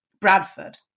bradford